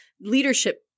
Leadership